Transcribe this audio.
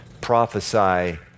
prophesy